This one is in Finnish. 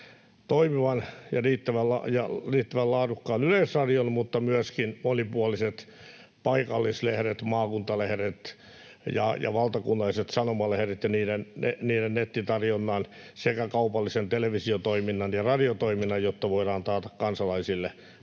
toimivan ja riittävän laadukkaan yleisradion mutta myöskin monipuoliset paikallislehdet, maakuntalehdet ja valtakunnalliset sanomalehdet ja niiden nettitarjonnan sekä kaupallisen televisiotoiminnan ja radiotoiminnan, jotta voidaan taata kansalaisille hyvin kattava